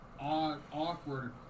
awkward